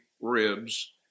ribs